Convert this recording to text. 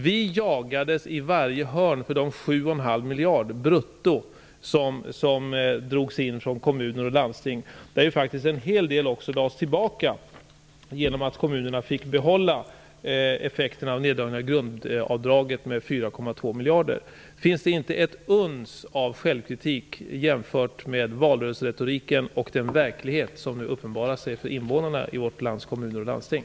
Vi jagades in i varenda hörn för de 7,5 miljarder brutto som drogs in från kommuner och landsting, av vilka faktiskt en hel del fördes tillbaka genom att kommunerna fick behålla effekterna av att grundavdraget minskades med 4,2 Finns det inte ett uns av självkritik med tanke på valrörelseretoriken och den verklighet som nu uppenbarar sig för invånarna i vårt lands kommuner och landsting?